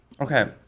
Okay